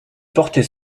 portait